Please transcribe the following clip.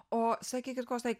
o sakykit kostai